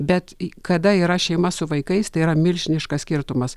bet kada yra šeima su vaikais tai yra milžiniškas skirtumas